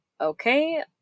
okay